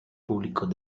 públicos